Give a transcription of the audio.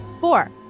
Four